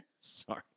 Sorry